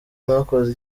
mwakoze